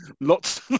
lots